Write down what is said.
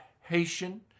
Haitian